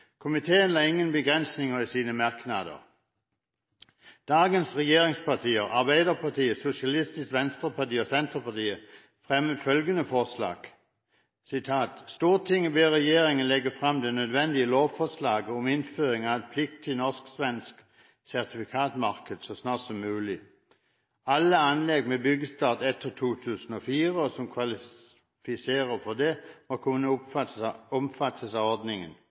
Komiteen la ingen begrensninger i sine merknader. Dagens regjeringspartier, Arbeiderpartiet, Sosialistisk Venstreparti og Senterpartiet, fremmet følgende forslag: «Stortinget ber regjeringen legge frem det nødvendige lovforslag om innføring av et pliktig norsk-svensk sertifikatmarked så snart som mulig. Alle anlegg med byggestart etter 2004 og som kvalifiserer for det, må kunne omfattes av ordningen.»